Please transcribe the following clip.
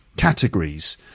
categories